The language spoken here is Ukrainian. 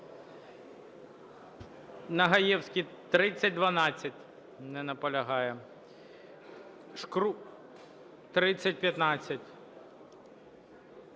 Нагаєвський, 3012. Не наполягає. Шкрум, 3015.